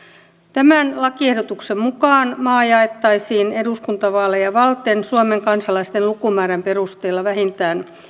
tämän lakiehdotuksen mukaan maa jaettaisiin eduskuntavaaleja varten suomen kansalaisten lukumäärän perusteella vähintään